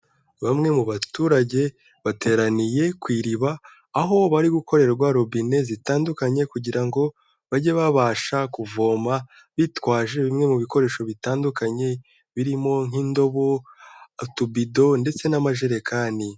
Bamwe mubaturage bateraniye ku iriba aho bari gukorerwa robine zitandukanye kugira ngo bajye babasha kuvoma bitwaje bimwe mubikoresho bitandukanye birimo nk'indobo, utubido ndetse n'amajerekani.